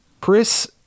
Chris